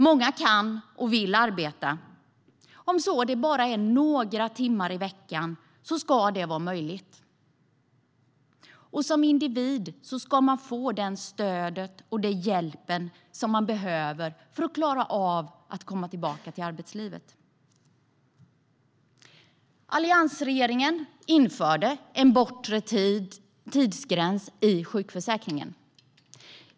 Många kan och vill arbeta. Om det så bara är några timmar i veckan ska det vara möjligt. Som individ ska man få det stöd och den hjälp man behöver för att klara av att komma tillbaka till arbetslivet. Alliansregeringen införde en bortre tidsgräns i sjukförsäkringen.